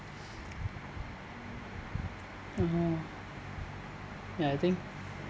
orh ya I think